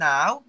Now